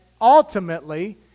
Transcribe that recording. ultimately